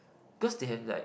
because they have like